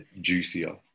juicier